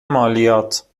مالیات